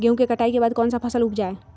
गेंहू के कटाई के बाद कौन सा फसल उप जाए?